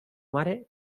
mare